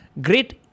great